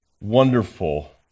wonderful